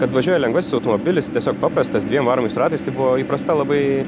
kad važiuoja lengvasis automobilis tiesiog paprastas dviem varomais ratais tai buvo įprasta labai